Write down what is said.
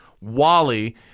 Wally